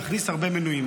להכניס הרבה מנויים,